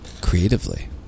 creatively